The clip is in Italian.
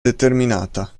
determinata